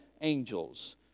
angels